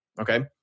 Okay